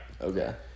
Okay